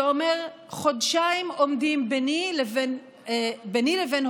שאומר: חודשיים עומדים ביני לבין הומלסיות,